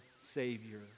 Savior